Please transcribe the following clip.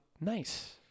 Nice